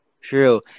True